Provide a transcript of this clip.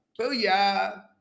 Booyah